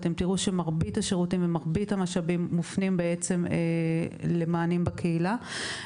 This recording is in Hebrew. אתם תראו שמרבית השירותים ומרבית המשאבים מופנים למענים בקהילה.